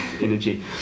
energy